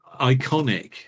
iconic